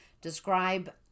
Describe